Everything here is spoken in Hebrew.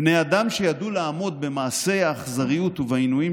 בני אדם שידעו לעמוד במעשה האכזריות ובעינויים